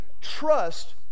trust